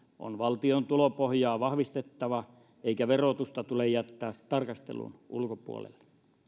on valtion tulopohjaa vahvistettava eikä verotusta tule jättää tarkastelun ulkopuolelle